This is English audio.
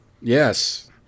Yes